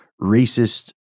racist